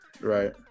Right